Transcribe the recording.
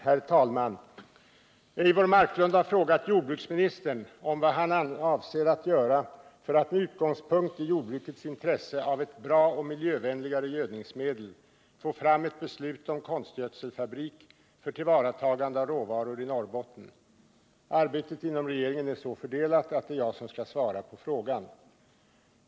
Herr talman! Eivor Marklund har frågat jordbruksministern om vad han avser att göra för att med utgångspunkt i jordbrukets intresse av ett bra och miljövänligare gödningsmedel få fram ett beslut om konstgödselfabrik för tillvaratagande av råvaror i Norrbotten. Arbetet inom regeringen är så fördelat att det är jag som skall svara på frågan.